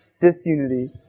disunity